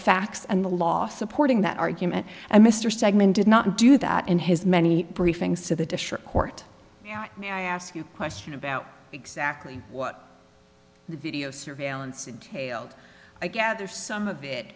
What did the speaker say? facts and the law supporting that argument and mr stegman did not do that in his many briefings to the district court may i ask you a question about exactly what the video surveillance tailed i gather some of